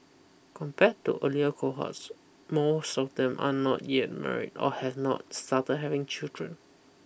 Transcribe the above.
compared to earlier cohorts most of them are not yet married or have not started having children